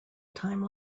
time